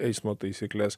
eismo taisykles